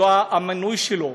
זה המינוי שלו,